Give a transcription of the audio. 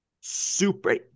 super